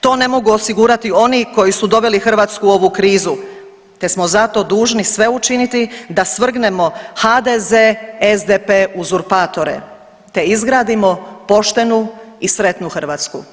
To ne mogu osigurati oni koji su doveli Hrvatsku u ovu krizu te smo zato dužni sve učiniti da svrgnemo HDZ, SDP uzurpatore te izgradimo poštenu i sretnu Hrvatsku.